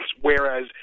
whereas